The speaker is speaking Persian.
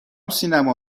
سینما